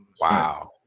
Wow